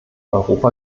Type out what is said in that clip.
europa